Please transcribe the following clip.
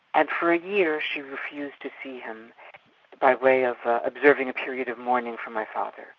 and for a year she refused to see him by way of observing a period of mourning for my father.